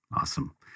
Awesome